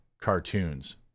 cartoons